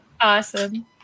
awesome